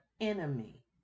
enemy